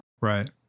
Right